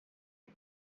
who